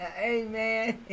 Amen